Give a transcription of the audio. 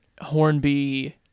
Hornby